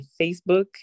Facebook